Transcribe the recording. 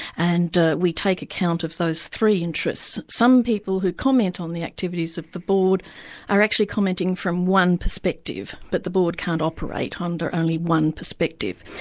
and we take account of those three interests. some people who comment on the activities of the board are actually commenting from one perspective, but the board can't operate under only one perspective.